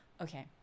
okay